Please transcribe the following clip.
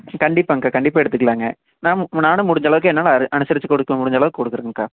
கண்டிபாகங்க்கா கண்டிப்பாக எடுத்துக்கலாங்க நான் நானும் முடிஞ்சளவுக்கு என்னால் அனுசரிச்சு கொடுக்க முடிஞ்சளவுக்கு கொடுக்குறங்க்கா